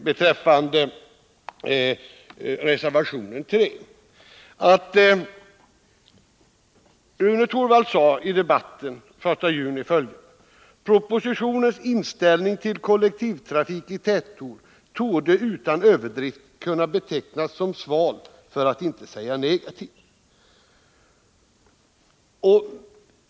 Beträffande reservationen 3 vill jag hänvisa till vad Rune Torwald sade i riksdagsdebatten den 1 juni förra året, nämligen att propositionens inställning till kollektivtrafik i tätort utan överdrift torde kunna betecknas som sval för att inte säga negativ.